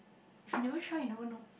you never try you never know